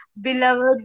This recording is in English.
beloved